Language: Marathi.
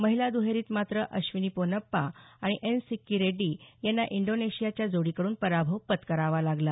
महिला दुहेरीत मात्र अश्विनी पोनप्पा आणि एन सिक्की रेड्डी यांना इंडोनेशियाच्या जोडीकड्रन पराभव पत्करावा लागला